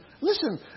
Listen